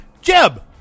Jeb